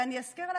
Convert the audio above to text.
ואני אזכיר לך,